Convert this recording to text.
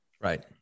right